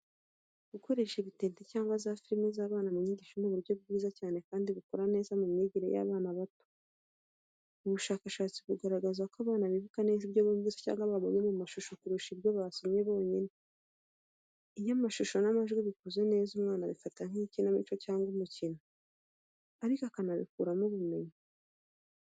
Gukoresha ibitente cyangwa za firime z'abana mu nyigisho ni uburyo bwiza cyane kandi bukora neza mu myigire y'abana bato. Ubushakashatsi bugaragaza ko abana bibuka neza ibyo bumvise cyangwa babonye mu mashusho kurusha ibyo basomye bonyine. Iyo amashusho n’amajwi bikoze neza, umwana abifata nk’ikinamico cyangwa umukino, ariko akabikuramo ubumenyi.